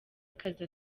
akazi